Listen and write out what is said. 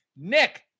Nick